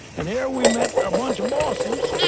and here we met a bunch of bosses,